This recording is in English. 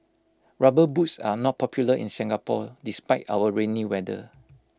rubber boots are not popular in Singapore despite our rainy weather